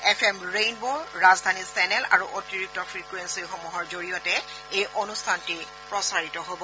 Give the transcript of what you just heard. F M rainbow ৰাজধানী channel আৰু অতিৰিক্ত ফ্ৰিকুৱেণ্সিসমূহৰ জৰিয়তে এই অনুষ্ঠানটি প্ৰচাৰিত হ'ব